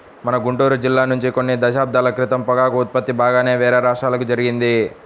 మన గుంటూరు జిల్లా నుంచి కొన్ని దశాబ్దాల క్రితం పొగాకు ఉత్పత్తి బాగానే వేరే రాష్ట్రాలకు జరిగింది